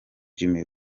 jimmy